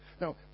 Now